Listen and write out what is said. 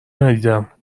ندیدم